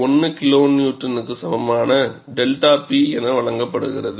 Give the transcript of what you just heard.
1 KN க்கு சமமான 𝛅 P என வழங்கப்படுகிறது